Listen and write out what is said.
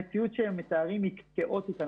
המציאות שהם מתארים היא כאוטית.